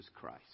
Christ